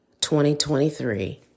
2023